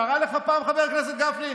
קרה לך פעם, חבר הכנסת גפני?